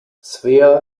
svea